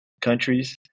countries